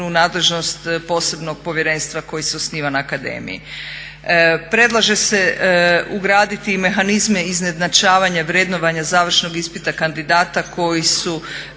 vrednovanja završnog ispita kandidata koji su